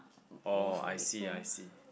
oh I see I see